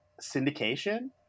syndication